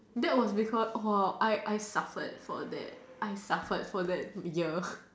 that was because orh I suffered for that I suffered for that year